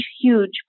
huge